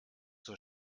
zur